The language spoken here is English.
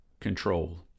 control